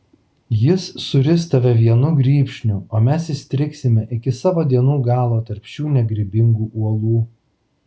jis suris tave vienu grybšniu o mes įstrigsime iki savo dienų galo tarp šitų negrybingų uolų